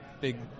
big